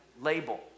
label